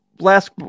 last